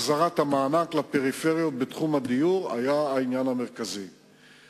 החזרת המענק בתחום הדיור לפריפריה היא העניין המרכזי בה.